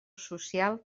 social